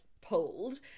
pulled